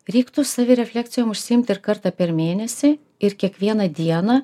reiktų savirefleksijom užsiimt ir kartą per mėnesį ir kiekvieną dieną